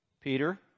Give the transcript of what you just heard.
Peter